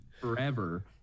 forever